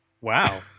Wow